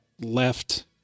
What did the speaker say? left